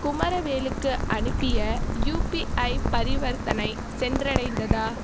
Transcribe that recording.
குமரவேலுக்கு அனுப்பிய யுபிஐ பரிவர்த்தனை சென்றடைந்ததா